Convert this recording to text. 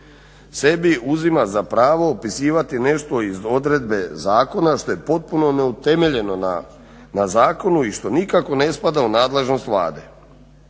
sebi uzima za pravo upisivati nešto iz odredbe zakona što je potpuno neutemeljeno na zakonu i što nikako ne spada u nadležnost Vlade.